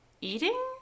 eating